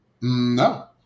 No